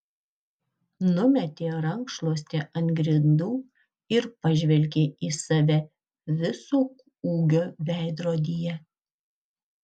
numetė rankšluostį ant grindų ir pažvelgė į save viso ūgio veidrodyje